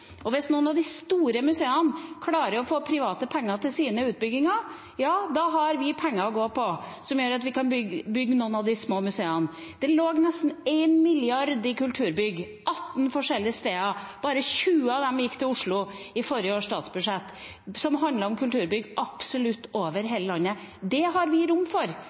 svakeste. Hvis noen av de store museene klarer å få private penger til sine utbygginger, ja, da har vi penger å gå på, som gjør at vi kan bygge noen av de små museene. Det lå nesten 1 mrd. kr til kulturbygg – 18 forskjellige steder, bare 20 av dem gikk til Oslo – i forrige års statsbudsjett, som handlet om kulturbygg absolutt over hele landet. Det har vi rom for